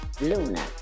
Luna